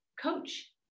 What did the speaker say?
coach